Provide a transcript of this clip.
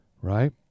right